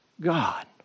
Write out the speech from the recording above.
God